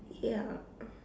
ya